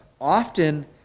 often